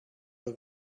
the